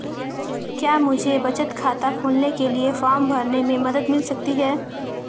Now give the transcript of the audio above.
क्या मुझे बचत खाता खोलने के लिए फॉर्म भरने में मदद मिल सकती है?